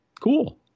Cool